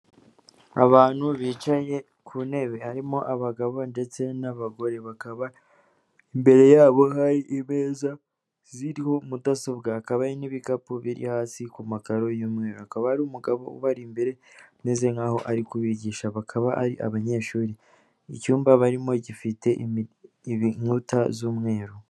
Abantu bicaye ku ntebe harimo abagabo ndetse n'abagore, bakaba imbere yabo hari imeza ziriho mudasobwa, hakaba hari n'ibikapu biri hasi ku makaro y'umweru, hakaba hari umugabo ubari imbere ameze nk'aho ari kubigisha, bakaba ari abanyeshuri. Icyumba barimo gifite inkuta z'umweru.